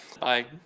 Bye